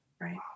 Right